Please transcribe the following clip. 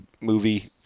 movie